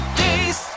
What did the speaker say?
days